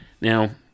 Now